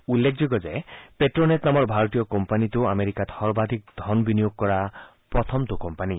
উল্লেখযোগ্য যে প্টে'নেট নামৰ ভাৰতীয় কোম্পানটো আমেৰিকাত সৰ্বাধিক বিনিয়োগ কৰা প্ৰথম কোম্পানী